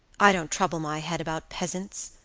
i don't trouble my head about peasants.